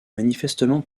manifestement